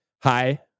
hi